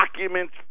documents